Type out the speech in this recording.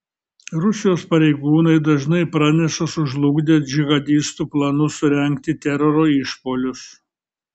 rusijos pareigūnai dažnai praneša sužlugdę džihadistų planus surengti teroro išpuolius